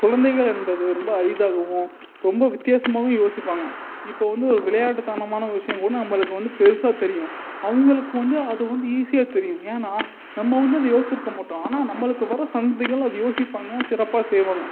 குழந்தைகள் என்பது ரொம்ப அரிதாகவும் ரொம்ப வித்தியாசமாகவும் யோசிப்பாங்க இப்போ வந்து விளையாட்டுத்தனமான விஷயோம் கூட நம்மளுக்கு வந்து பெருசாக தெரியும் அவங்களுக்கு வந்து அது வந்து ஈஸியாக தெரியும் ஏன்னா நம்ம வந்து அதை யோசிச்சிருக்க மாட்டோம் ஆனால் நம்மளுக்கு வர சந்ததிகள் அது யோசிப்பாங்க சிறப்பாக செய்வாங்க